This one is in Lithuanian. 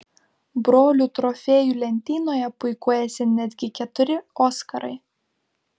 brolių trofėjų lentynoje puikuojasi netgi keturi oskarai